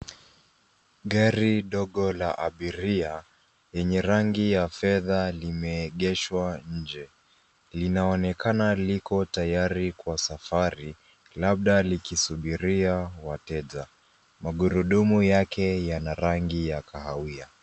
Gari dogo la abiria lenye rangi ya fedha limeegeshwa nje, linaonekana liko tayari kwa safari labda likisuburia wateja. Magurudumu yake yana rangi ya kahawia.